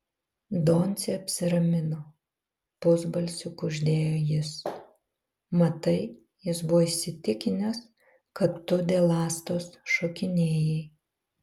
doncė apsiramino pusbalsiu kuždėjo jis matai jis buvo įsitikinęs kad tu dėl astos šokinėjai